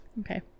Okay